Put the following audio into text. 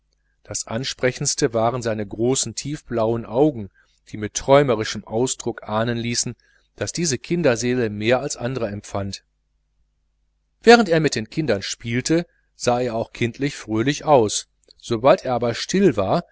das ansprechendste waren seine großen tiefblauen augen die mit ihrem träumerischen ausdruck ahnen ließen daß diese kinderseele mehr als andere empfand während er mit den kindern spielte sah auch er kindlich fröhlich aus sobald er aber still war